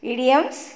Idioms